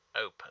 open